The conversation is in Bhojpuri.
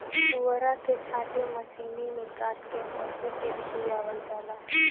पुअरा के छाटी मशीनी में काट के पशु के खियावल जाला